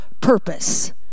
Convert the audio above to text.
purpose